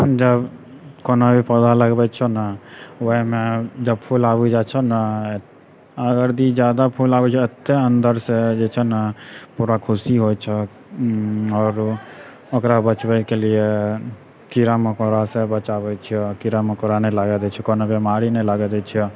जब कोनो भी पौधा लगबै छिअ ने ओहिमे जब फूल आबी जाइ छौ ने अगर यदि ज्यादा फूल आबै छै एते अन्दरसँ जे छै ने खुशी होइ छै आओर ओकरा बचबैके लिए कीड़ा मकोड़ासँ बचाबै छिअ कीड़ा मकोड़ा नहि लागै दै छिअ कोनो बेमारी नहि लागै दै छिअ